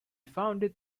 founded